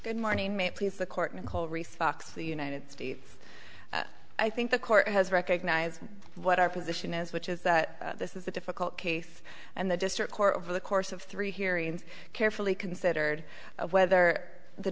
good morning may it please the court nicole reese fox the united states i think the court has recognized what our position is which is that this is a difficult case and the district court over the course of three hearings carefully considered whether the